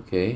okay